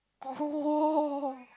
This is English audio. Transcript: oh